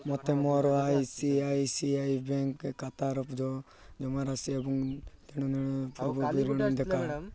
ମୋତେ ମୋର I C I C I bank ଖାତାର ଜମାରାଶି ଏବଂ ଦେଣନେଣର ପୂର୍ବବିବରଣୀ ଦେଖାଅ